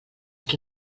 qui